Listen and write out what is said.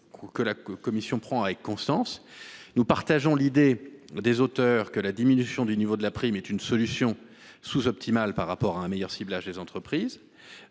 de la commission. Nous partageons l’idée de leurs auteurs : la diminution du niveau de la prime est une solution sous optimale par rapport à un meilleur ciblage des entreprises